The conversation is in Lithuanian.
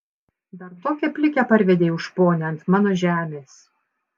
dar tokią plikę parvedei už ponią ant mano žemės